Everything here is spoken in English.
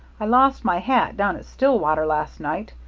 i lost my hat down at stillwater last night.